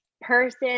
person